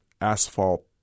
asphalt